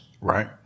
Right